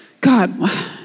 God